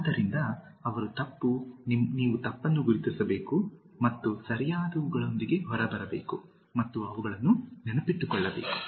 ಆದ್ದರಿಂದ ಅವರು ತಪ್ಪು ನೀವು ತಪ್ಪನ್ನು ಗುರುತಿಸಬೇಕು ಮತ್ತು ಸರಿಯಾದವುಗಳೊಂದಿಗೆ ಹೊರಬರಬೇಕು ಮತ್ತು ಅವುಗಳನ್ನು ನೆನಪಿಟ್ಟುಕೊಳ್ಳಬೇಕು